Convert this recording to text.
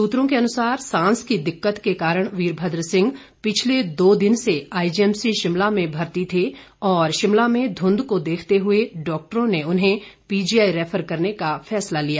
सूत्रों के अनुसार सांस की दिक्कत के कारण वीरभद्र सिंह पिछले दो दिन से आईजी एमसी शिमला में भर्ती थे और शिमला में धुंध को देखते हुए डाक्टरों ने उन्हें पीजीआई रैफर करने का फैसला लिया